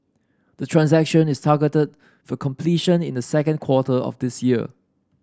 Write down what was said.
the transaction is targeted for completion in the second quarter of this year